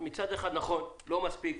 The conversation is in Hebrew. מצד אחד, נכון, לא מספיק.